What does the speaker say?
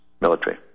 Military